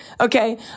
Okay